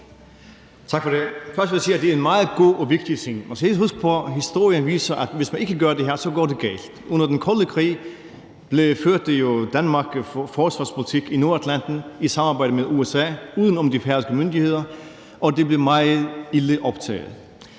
Tak for det. Først vil jeg sige, at det er en meget god og vigtig ting. Man skal lige huske på, at historien viser, at hvis man ikke gør det her, så går det galt. Under den kolde krig førte Danmark jo forsvarspolitik i Nordatlanten i samarbejde med USA uden om de færøske myndigheder, og det blev taget meget